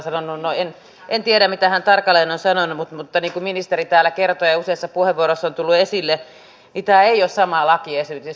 no en tiedä mitä hän tarkalleen on sanonut mutta niin kuin ministeri täällä kertoi ja useassa puheenvuorossa on tullut esille tämä ei ole sama lakiesitys